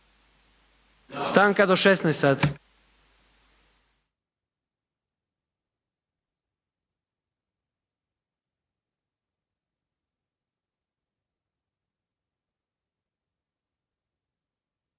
Stanka do 16,00 sati.